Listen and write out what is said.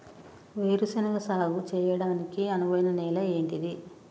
వేరు శనగ సాగు చేయడానికి అనువైన నేల ఏంటిది?